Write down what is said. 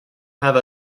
have